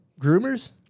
groomers